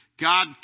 God